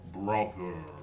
brother